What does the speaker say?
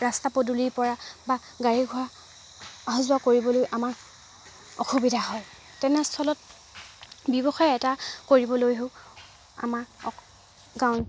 ৰাস্তা পদূলিৰ পৰা বা গাড়ী ঘোৰা আহা যোৱা কৰিবলৈ আমাৰ অসুবিধা হয় তেনেস্থলত ব্যৱসায় এটা কৰিবলৈও আমাৰ অ গাঁও